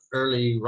early